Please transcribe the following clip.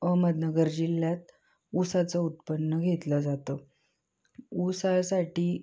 अहमदनगर जिल्ह्यात ऊसाचं उत्पन्न घेतलं जातं ऊसासाठी